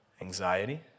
anxiety